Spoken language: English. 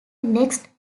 next